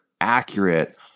accurate